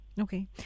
Okay